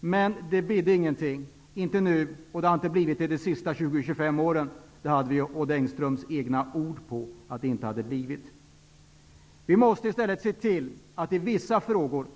Men det ''bidde'' ingenting, inte nu, och det har inte blivit det de senaste 20--25 åren. Det fick vi Odd Engströms egna ord på. Vi måste i stället se till att ta strid i vissa frågor.